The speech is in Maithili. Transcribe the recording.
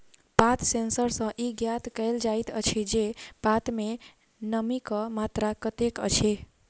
पात सेंसर सॅ ई ज्ञात कयल जाइत अछि जे पात मे नमीक मात्रा कतेक अछि